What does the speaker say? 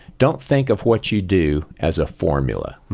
don't think of what you do as a formula.